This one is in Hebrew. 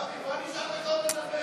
חייב, חייב.